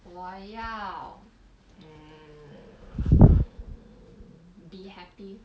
我要 mm be happy